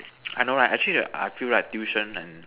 I know right actually I feel right tuition and